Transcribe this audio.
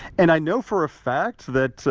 and i know for a fact that,